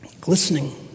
glistening